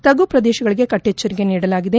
ತಗ್ಗು ಪ್ರದೇಶಗಳಗೆ ಕಟ್ಟೆಚ್ಚರಿಕೆ ನೀಡಲಾಗಿದೆ